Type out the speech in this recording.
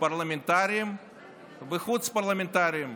פרלמנטריים וחוץ-פרלמנטריים.